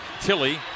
Tilly